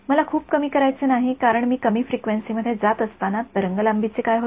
मला खूप कमी करायचे नाही कारण मी कमी फ्रिक्वेन्सीमध्ये जात असताना तरंग लांबीचे काय होते